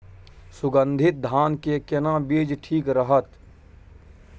सुगन्धित धान के केना बीज ठीक रहत?